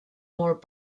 molt